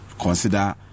consider